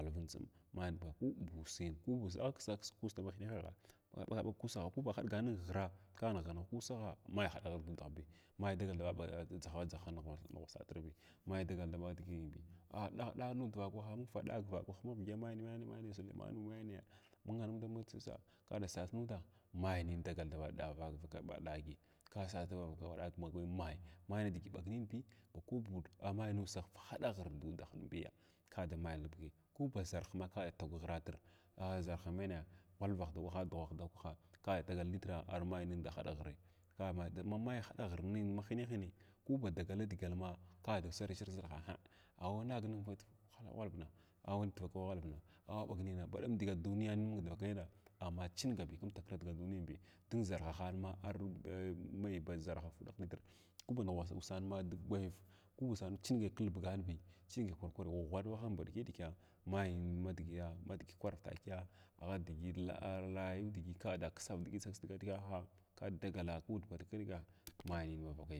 Ghwalv n tsim may ku ku kubusin agh ksga ksg ku busin da ma haɗgan kghra ka nighga nighga ku usagha may haɗa ghr dudahbi may may dagal da ɓa ɓa dʒaha dʒaha nda ngwasahahatirbi, may tagal daɓaa diginbi a-a-a ɗaha faɗag nud vakwah ma vidya menyaa wane wane zrm menya mung ha nig ka da sas nuda may nin dagal davaka ɗaagbi ka sas lavavaka ɗaag ma may, may nidigi ɓagnin bi ba kudbi amay nudagh haɗa ghr ka da may nilbugbi kuba ʒarh ma tagwa tagwa ghrahatr a ʒarha menyaa, ghwalvah takwaha dughah ta kwah ka dagal nitraa armainitrda haɗa ghrii ka a mamanitr haɗa ghr ma hinehni ku ba dagal i dagal ma kada shwa shra kʒarha gha, awanag nin vak ghwalving awadvakai ghwalvng a waɓagning baɗum nidiga duniyanin dvakaya ama cingai kumtakra dga duniyanin da dun zarha han ma armay armai band zarha faɗah nitr ku ba usan ma gwayav ku ba usanma cingai kubuganbi cingai kwarkwar bi ghwaɗwahin a ɗikiɗikiya may ma madgiya maɗ kwa takiya ɓaghadgi ɗig rayudi dagala ku’ud ba ɗek-ɗeka may nin mavakai bi.